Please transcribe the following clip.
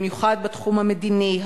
במיוחד בתחום המדיני,